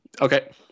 Okay